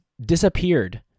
disappeared